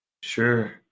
Sure